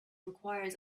requires